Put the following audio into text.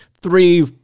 three